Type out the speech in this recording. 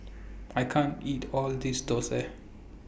I can't eat All of This Dosa